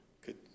Good